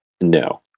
No